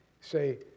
say